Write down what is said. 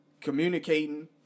communicating